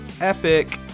epic